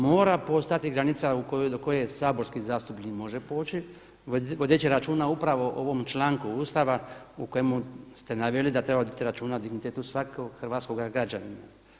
mora postojati granica do koje saborski zastupnik može poći vodeći računa o ovom članku Ustava u kojemu ste naveli da treba voditi računa o dignitetu svakog hrvatskoga građanina.